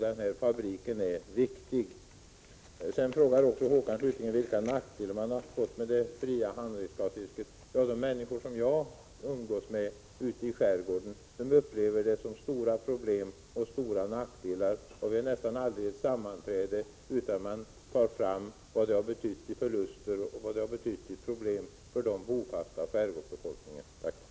Detta bidrag är viktigt. Håkan Strömberg frågar slutligen vilka nackdelar det har varit med det fria handredskapsfisket. De människor som jag umgås med ute i skärgården upplever stora problem och nackdelar. Vid nästan varje sammanträde nämns förluster och problem för den bofasta skärgårdsbefolkningen.